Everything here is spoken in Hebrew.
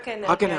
רק אנרגיה.